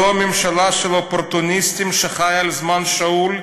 זו ממשלה של אופורטוניסטים שחיה על זמן שאול,